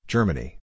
Germany